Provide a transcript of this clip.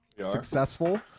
successful